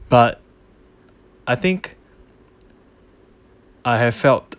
but I think I have felt